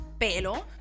pelo